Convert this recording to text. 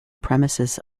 premises